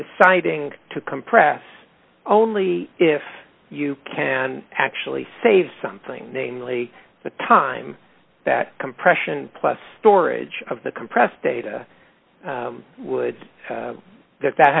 deciding to compress only if you can actually save something namely the time that compression plus storage of the compressed data would that that